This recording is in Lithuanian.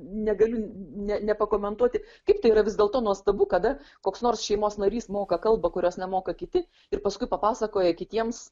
negaliu ne nepakomentuoti kaip tai yra vis dėlto nuostabu kada koks nors šeimos narys moka kalbą kurios nemoka kiti ir paskui papasakoja kitiems